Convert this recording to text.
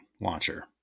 launcher